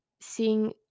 seeing